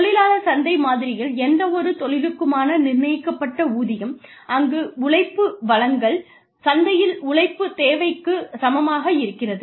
தொழிலாளர் சந்தை மாதிரியில் எந்தவொரு தொழிலுக்குமான நிர்ணயிக்கப்பட்ட ஊதியம் அங்கு உழைப்பு வழங்கல் சந்தையில் உழைப்பு தேவைக்குச் சமமாக இருக்கிறது